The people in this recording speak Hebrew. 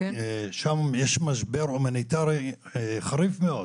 ששם יש משבר הומניטרי חריף מאוד,